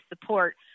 support